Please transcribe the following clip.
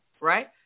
right